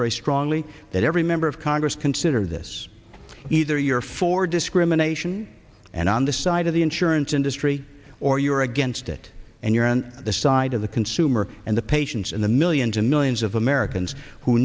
very strongly that every member of congress consider this either you're for discrimination and on the side of the insurance industry or you're against it and you're on the side of the consumer and the patients in the millions and millions of americans who